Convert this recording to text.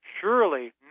Surely